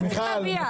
מה זה צריך להביע?